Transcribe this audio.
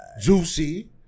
Juicy